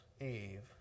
Eve